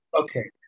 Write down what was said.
Okay